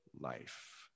life